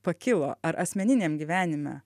pakilo ar asmeniniam gyvenime